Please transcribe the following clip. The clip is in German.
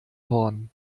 horn